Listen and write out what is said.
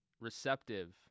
receptive